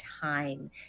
time